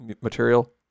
material